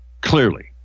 clearly